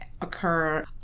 occur